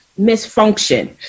misfunction